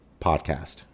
podcast